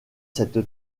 cette